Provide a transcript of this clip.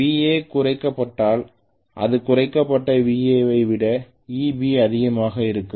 Va குறைக்கப்பட்டால் இந்த குறைக்கப்பட்ட Va ஐ விட Eb அதிகமாக இருக்கும்